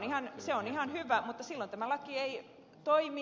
kyllä se on ihan hyvä mutta silloin tämä laki ei toimi